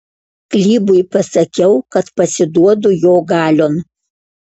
klybui pasakiau kad pasiduodu jo galion